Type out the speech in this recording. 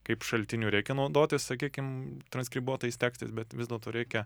kaip šaltiniu reikia naudotis sakykim transkribuotais tekstais bet vis dėlto reikia